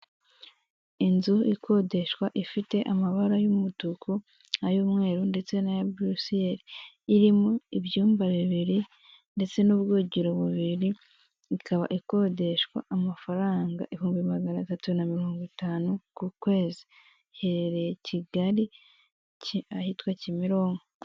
Inzu ikodeshwa ifite amabara y'umutuku ay'umweru ndetse n'aya buresiyeri, irimo ibyumba bibiri ndetse n'ubwogero bubiri, ikaba ikodeshwa amafaranga ibihumbi maganatatu mirongo itanu ku kwezi iherereye Kigali ahitwa Kimirinko.